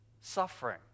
suffering